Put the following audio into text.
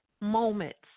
moments